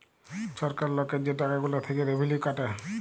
ছরকার লকের যে টাকা গুলা থ্যাইকে রেভিলিউ কাটে